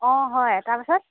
অঁ হয় তাৰ পাছত